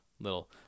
little